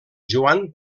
joan